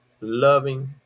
loving